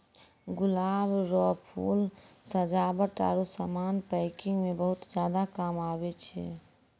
गुलाब रो फूल सजावट आरु समान पैकिंग मे बहुत ज्यादा काम आबै छै